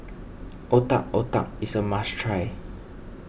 Otak Otak is a must try